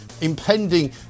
impending